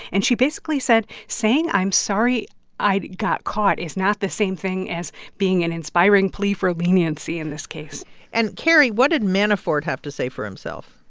and she basically said saying i'm sorry i got caught is not the same thing as being an inspiring plea for leniency in this case and, carrie, what did manafort have to say for himself?